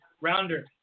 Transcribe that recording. rounder